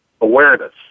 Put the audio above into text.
awareness